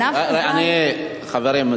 חברים,